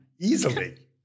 Easily